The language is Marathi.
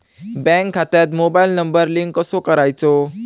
बँक खात्यात मोबाईल नंबर लिंक कसो करायचो?